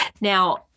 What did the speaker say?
Now